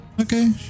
okay